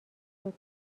زود